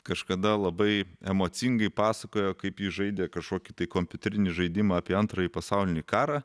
kažkada labai emocingai pasakojo kaip jis žaidė kažkokį tai kompiuterinį žaidimą apie antrąjį pasaulinį karą